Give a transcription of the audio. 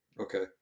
Okay